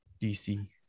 DC